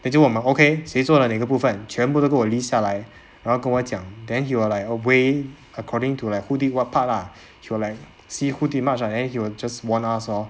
then 就问我们 okay 谁做了哪一个部分全部都跟我 list 下来然后跟我讲 then you are like a way according to like who did what part lah you're like see who did much ah then he will just warn us lor